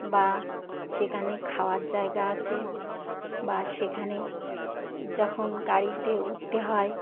বা সেখানে খাওয়ার জায়গা আছে বা সেখানে যখন গাড়িতে উঠতে হয়